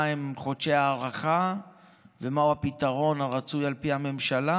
מהם חודשי ההארכה ומהו פתרון הרצוי על פי הממשלה,